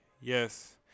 Yes